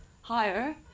higher